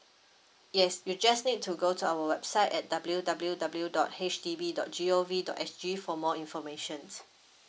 yes you just need to go to our website at W W W dot H D B dot G O V dot S G for more information